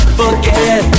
forget